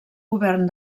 govern